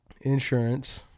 Insurance